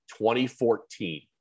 2014